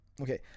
Okay